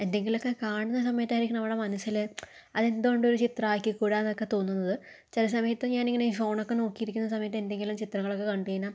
എന്തെങ്കിലും ഒക്കെ കാണുന്ന സമയത്തായിരിക്കും നമ്മുടെ മനസ്സിൽ അത് എന്തുകൊണ്ട് ഒരു ചിത്രം ആക്കിക്കൂടായെന്ന് ഒക്കെ തോന്നുന്നത് ചില സമയത്ത് ഞാനിങ്ങനെ ഫോണൊക്കെ നോക്കിയിരിക്കുന്ന സമയത്ത് എന്തെങ്കിലും ചിത്രങ്ങൾ ഒക്കെ കണ്ടു കഴിഞ്ഞാൽ